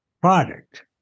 product